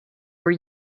were